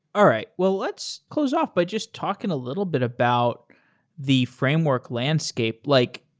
all right. well, let's close off by just talking a little bit about the framework landscape. like,